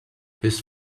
his